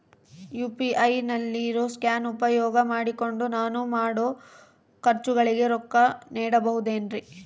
UPI ನಲ್ಲಿ ಇರೋ scan ಉಪಯೋಗ ಮಾಡಿಕೊಂಡು ನಾನು ಮಾಡೋ ಖರ್ಚುಗಳಿಗೆ ರೊಕ್ಕ ನೇಡಬಹುದೇನ್ರಿ?